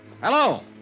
Hello